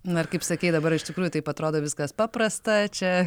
na ir kaip sakei dabar iš tikrųjų taip atrodo viskas paprasta čia